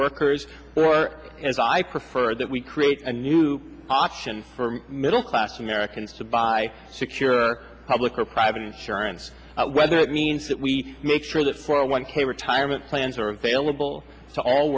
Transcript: workers or as i prefer that we create a new option for middle class americans to buy secure public or private insurance whether that means that we make sure that for a one k retirement plans are available to all